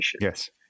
yes